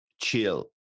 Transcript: chill